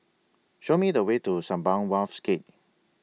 Show Me The Way to Sembawang Wharves Gate